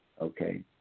okay